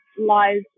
lies